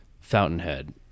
fountainhead